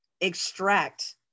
extract